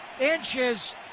inches